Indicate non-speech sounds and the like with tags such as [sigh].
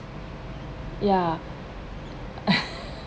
ya [laughs]